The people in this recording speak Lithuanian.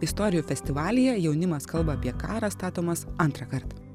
istorijų festivalyje jaunimas kalba apie karą statomas antrą kartą